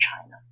China